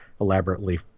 elaborately